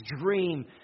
dream